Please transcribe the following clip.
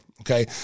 Okay